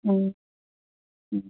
ꯎꯝ